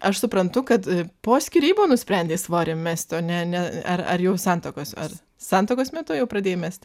aš suprantu kad po skyrybų nusprendei svorį mesti o ne ne ar ar jau santuokos ar santuokos metu jau pradėjai mesti